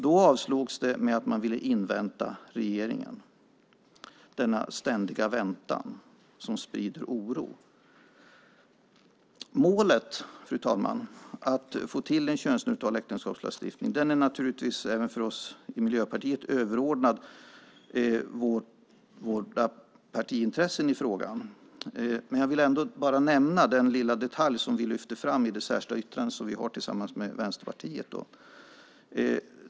Då avslogs det med motiveringen att man ville invänta regeringen, denna ständiga väntan som sprider oro. Målet, fru talman, att få till en könsneutral äktenskapslagstiftning är naturligtvis även för oss i Miljöpartiet överordnat våra partiintressen i frågan, men jag vill ändå bara nämna den lilla detalj som vi lyfter fram i det särskilda yttrande som vi har tillsammans med Vänsterpartiet.